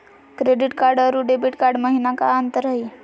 Credit card अरू debit card महिना का अंतर हई?